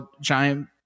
giant